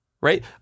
Right